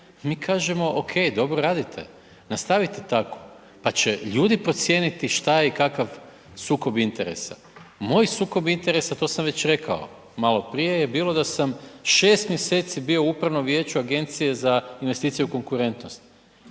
mi kažemo ok, dobro radite, nastavite tako pa će ljudi procijeniti šta je kakav sukob interesa. Moj sukob interesa, to sam već rekao maloprije je bilo da sam šest mjeseci bio u Upravnom vijeću Agencije za investicije i konkurentnost,